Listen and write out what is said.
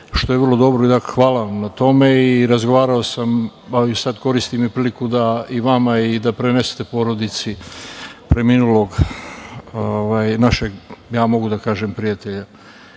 što je vrlo dobro i hvala vam na tome i razgovarao sam, a sada koristim i priliku da i vama, a i da prenesete porodici preminulog našeg, mogu da kažem prijatelja,